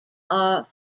are